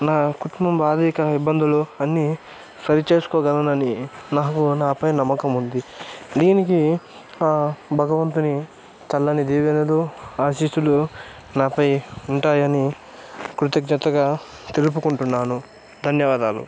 నా కుటుంబ ఆర్థిక ఇబ్బందులు అన్ని సరిచేసుకోగలనని నాకు నాపై నమ్మకం ఉంది దీనికి ఆ భగవంతుని చల్లని దీవెనలు ఆశీస్సులు నాపై ఉంటాయని కృతజ్ఞతగా తెలుపుకుంటున్నాను ధన్యవాదాలు